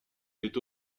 est